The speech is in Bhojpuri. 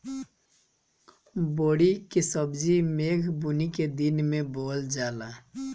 बोड़ी के सब्जी मेघ बूनी के दिन में बोअल जाला